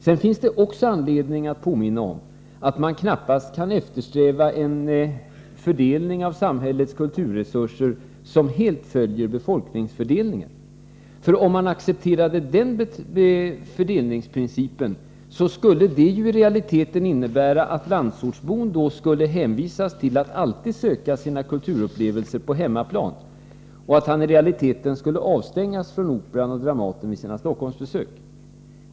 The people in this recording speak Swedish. Det finns också anledning att påminna om att man knappast kan eftersträva en fördelning av samhällets kulturresurser som helt följer befolkningsfördelningen. Om man accepterar den fördelningsprincipen skulle det i realiteten innebära att landsortsbon skulle hänvisas till att alltid söka sina kulturupplevelser på hemmaplan, och att han skulle avstängas från Operan och Dramaten vid sina Stockholmsbesök.